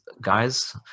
guys